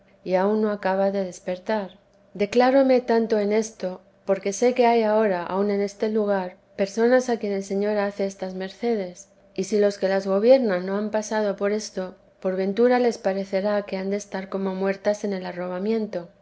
y aun no acaba de despertar declaróme tanto en esto porque sé que hay ahora aun en este lugar personas a quien el señor hace estas mercedes y si los que las gobiernan no han pasado por esto por ventura les parecerá que han de estar como muertas en el